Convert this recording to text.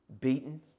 Beaten